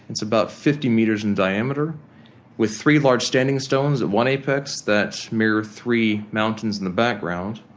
it's about fifty metres in diameter with three large standing stones at one apex that mirror three mountains in the background.